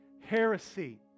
heresy